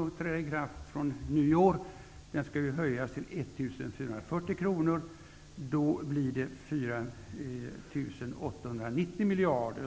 och träda i kraft från nyår, blir det 4 890 miljoner kronor.